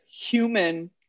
human